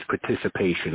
participation